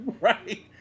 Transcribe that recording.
Right